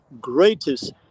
greatest